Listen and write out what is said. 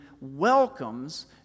welcomes